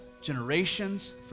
generations